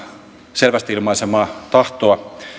selvästi ilmaisemaa tahtoa